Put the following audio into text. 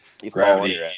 Gravity